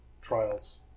trials